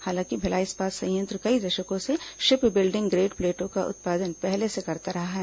हालांकि भिलाई इस्पात संयंत्र कई दशकों से शिप बिल्डिंग ग्रेड प्लेटों का उत्पादन पहले से करता रहा है